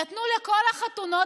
נתנו לכל החתונות,